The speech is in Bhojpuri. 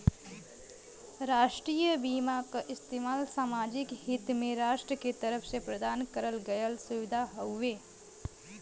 राष्ट्रीय बीमा क इस्तेमाल सामाजिक हित में राष्ट्र के तरफ से प्रदान करल गयल सुविधा हउवे